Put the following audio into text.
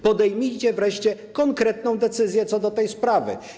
Podejmijcie wreszcie konkretną decyzję odnośnie do tej sprawy.